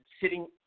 sitting